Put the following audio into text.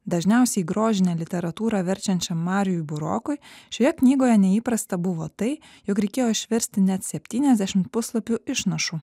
dažniausiai grožinę literatūrą verčiančiam mariui burokui šioje knygoje neįprasta buvo tai jog reikėjo išversti net septyniasdešimt puslapių išnašų